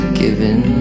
given